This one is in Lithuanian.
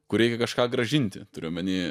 kur reikia kažką grąžinti turiu omeny